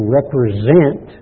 represent